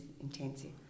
intensive